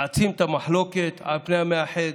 להעצים את המחלוקת על פני המאחד.